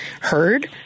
heard